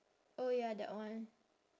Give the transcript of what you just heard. oh ya that one